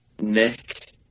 nick